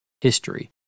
history